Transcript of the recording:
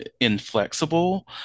inflexible